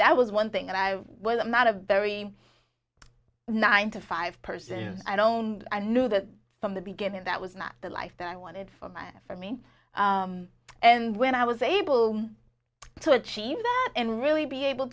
that was one thing that i was not a very nine to five person i don't i knew that from the beginning that was not the life that i wanted for my for me and when i was able to achieve and really be able